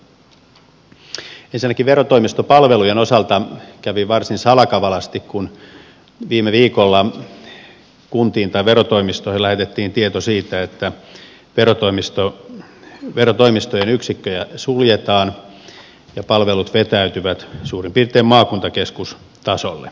ensinnäkin verotoimistopalvelujen osalta kävi varsin salakavalasti kun viime viikolla kuntiin tai verotoimistoihin lähetettiin tieto siitä että verotoimistojen yksikköjä suljetaan ja palvelut vetäytyvät suurin piirtein maakuntakeskustasolle